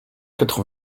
quatre